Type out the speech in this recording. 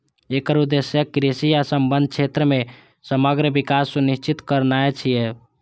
एकर उद्देश्य कृषि आ संबद्ध क्षेत्र मे समग्र विकास सुनिश्चित करनाय छियै